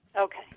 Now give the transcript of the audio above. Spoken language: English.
Okay